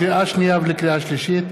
לקריאה שנייה ולקריאה שלישית: